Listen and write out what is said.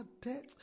death